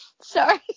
sorry